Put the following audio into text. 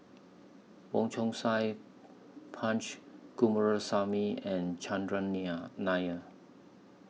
Wong Chong Sai Punch Coomaraswamy and Chandran Nair Nair